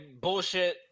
bullshit